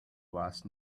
last